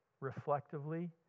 reflectively